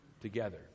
together